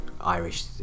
Irish